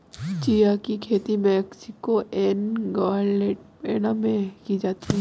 chia की खेती Mexico एवं ग्वाटेमाला में की जाती है